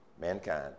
mankind